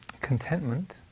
contentment